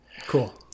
Cool